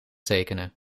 tekenen